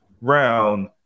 round